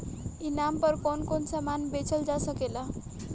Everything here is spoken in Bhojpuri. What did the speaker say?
ई नाम पर कौन कौन समान बेचल जा सकेला?